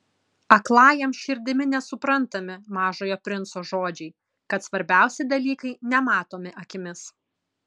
aklajam širdimi nesuprantami mažojo princo žodžiai kad svarbiausi dalykai nematomi akimis